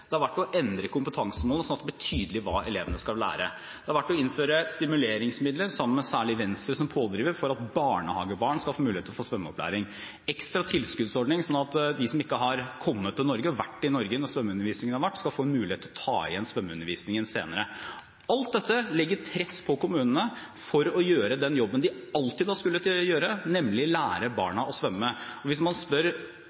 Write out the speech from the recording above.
Det har vært å endre kompetansemålet slik at det ble tydelig hva elevene skal lære. Det har vært å innføre stimuleringsmidler, særlig sammen med Venstre som pådriver, for at barnehagebarn skal få mulighet til svømmeopplæring. Og det har vært en ekstra tilskuddsordning slik at de som ikke har kommet til/vært i Norge når svømmeundervisningen har vært, skal få mulighet til å ta igjen svømmeundervisningen senere. Alt dette legger press på kommunene for å gjøre den jobben de alltid har skullet gjøre, nemlig lære